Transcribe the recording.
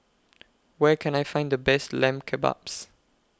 Where Can I Find The Best Lamb Kebabs